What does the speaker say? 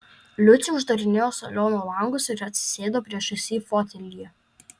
liucė uždarinėjo saliono langus ir atsisėdo priešais jį fotelyje